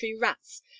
rats